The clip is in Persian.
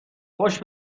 خوش